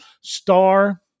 Star